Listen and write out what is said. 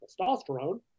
testosterone